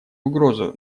угрозу